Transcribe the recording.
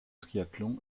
triathlon